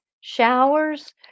showers